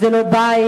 וזה לא בית,